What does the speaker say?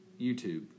YouTube